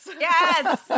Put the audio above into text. Yes